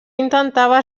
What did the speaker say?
intentava